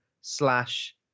slash